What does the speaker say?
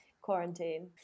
quarantine